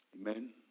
Amen